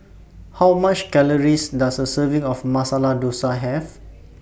How much Calories Does A Serving of Masala Dosa Have